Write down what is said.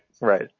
Right